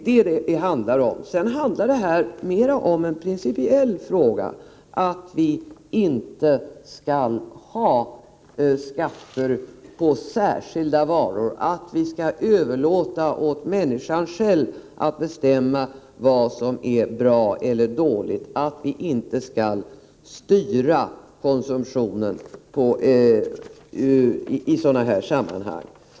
Det här handlar mera om en principiell fråga, dvs. att vi inte skall ha skatter på särskilda varor. Vi skall överlåta åt människor själva att bestämma vad som är bra eller dåligt. Vi skall inte styra konsumtionen i sådana här sammanhang.